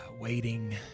waiting